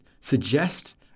suggest